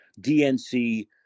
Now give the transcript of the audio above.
DNC